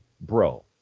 bro